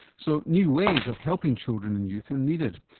so new ways of helping children and youth are needed.